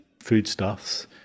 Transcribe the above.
foodstuffs